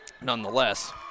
nonetheless